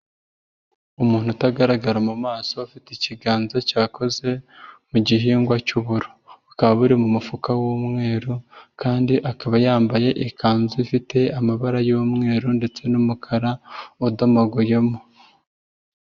Umuntu utagaragara mu maso afite ikiganza cyakoze mu gihingwa cy'uburo, bukaba buri mu mufuka w'umweru kandi akaba yambaye ikanzu ifite amabara y'umweru ndetse n'umukara udomaguyemo.